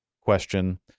question